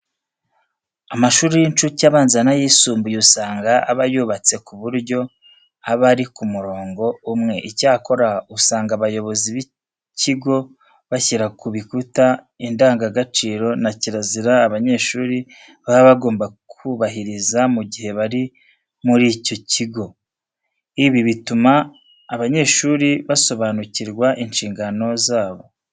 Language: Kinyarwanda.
Amashuri y'inshuke, abanza n'ayisumbuye usanga aba yubatse ku buryo aba ari ku murongo umwe. Icyakora, usanga abayobozi b'ikigo bashyira ku bikuta indangagaciro na kirazira abanyeshuri baba bagomba kubahiriza mu gihe bari muri iki kigo. Ibi bituma abanyeshuri basobanukirwa inshingano zabo.